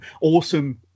awesome